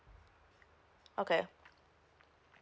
okay